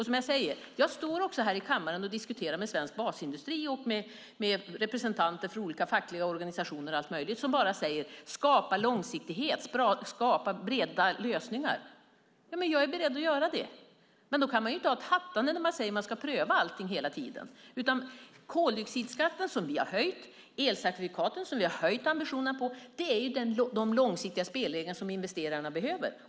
Som jag säger diskuterar jag med svensk basindustri och med representanter för olika fackliga organisationer som alla säger: Skapa långsiktighet, skapa breda lösningar. Jag är beredd att göra det, men då kan man inte ha ett hattande och säga att man ska pröva allting hela tiden. Koldioxidskatten, som vi har höjt, och elcertifikaten som vi har höjt ambitionerna för, är de långsiktiga spelregler som investerarna behöver.